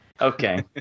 Okay